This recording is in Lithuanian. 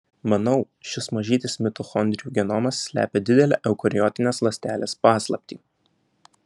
manau šis mažytis mitochondrijų genomas slepia didelę eukariotinės ląstelės paslaptį